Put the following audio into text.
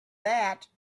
that